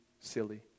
silly